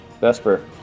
Vesper